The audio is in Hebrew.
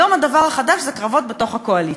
היום הדבר החדש זה קרבות בתוך הקואליציה.